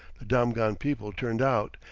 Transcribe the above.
the damghan people turned out,